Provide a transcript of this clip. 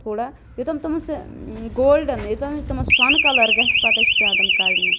تھوڑا یوٚتام تِمن سُہ ٲں گولڈن یوٚتانۍ نہٕ تِمن سۄنہٕ کلر گَژھہِ پتہٕ حظ چھِ پیٚوان تِم کڑنہِ